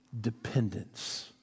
dependence